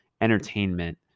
entertainment